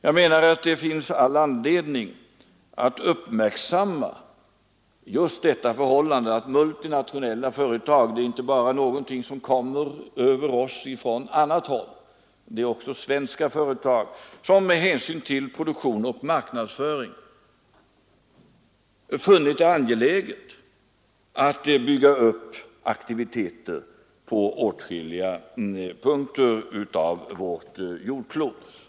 Jag menar att det finns all anledning att uppmärksamma det förhållandet att multinationella företag inte bara är någonting som drabbar oss från andra håll. Även svenska företag finner det ibland med hänsyn till produktion och marknadsföring angeläget att bygga upp aktiviteter på olika platser på jorden.